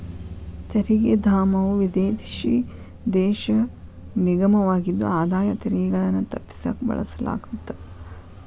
ತೆರಿಗೆ ಧಾಮವು ವಿದೇಶಿ ದೇಶ ನಿಗಮವಾಗಿದ್ದು ಆದಾಯ ತೆರಿಗೆಗಳನ್ನ ತಪ್ಪಿಸಕ ಬಳಸಲಾಗತ್ತ